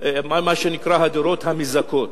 מה שנקרא "הדירות המזכות"?